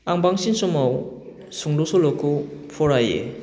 आं बांसिन समाव सुंद' सल'खौ फरायो